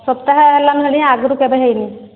ସପ୍ତାହେ ହେଲାନ ହେଲେ ଆଗରୁ କେବେ ହେଇନି